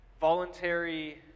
voluntary